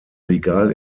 legal